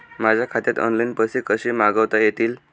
माझ्या खात्यात ऑनलाइन पैसे कसे मागवता येतील?